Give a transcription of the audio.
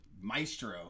maestro